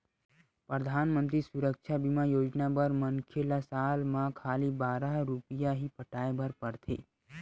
परधानमंतरी सुरक्छा बीमा योजना बर मनखे ल साल म खाली बारह रूपिया ही पटाए बर परथे